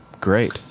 Great